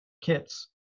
kits